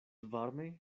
varme